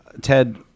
Ted